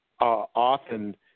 often